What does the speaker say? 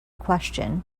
question